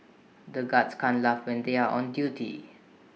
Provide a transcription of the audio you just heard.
the guards can't laugh when they are on duty